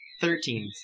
Thirteen